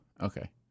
Okay